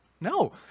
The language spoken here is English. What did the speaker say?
No